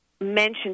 Mentioned